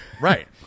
right